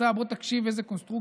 בוא תקשיב איזו קונסטרוקציה,